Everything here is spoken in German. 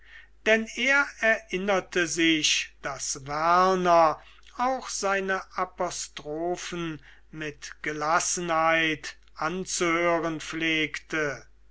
denn er erinnerte sich daß werner auch seine apostrophen mit gelassenheit anzuhören pflegte